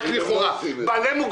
ידידי הטוב